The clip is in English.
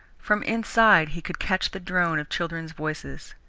from inside he could catch the drone of children's voices.